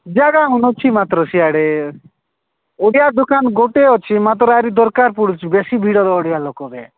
ଜାଗାମାନ୍ ଅଛି ମାତ୍ର ସିଆଡ଼େ ଓଡ଼ିଆ ଦୋକାନ ଗୋଟେ ଅଛି ମାତ୍ର ଆରି ଦରକାର ପଡ଼ୁଚି ବେଶୀ ଭିଡ଼ର ଓଡ଼ିଆ ଲୋକରେ